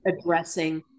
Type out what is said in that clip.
addressing